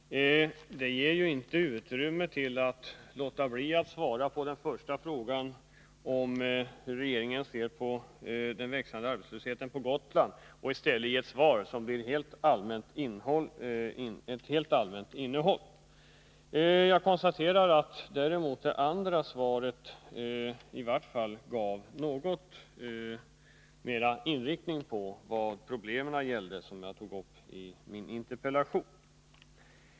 Det ger ju inte utrymme för arbetsmarknadsministern att låta bli att svara på den första frågan, om hur regeringen ser på den växande arbetslösheten på Gotland, och i stället ge ett svar med ett helt allmänt innehåll. Jag konstaterar däremot att det andra svaret i vart fall något mera angav inriktningen på de problem som jag tagit upp i min interpellation.